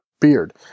beard